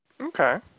Okay